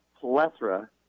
plethora